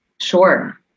Sure